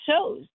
shows